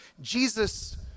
Jesus